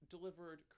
Delivered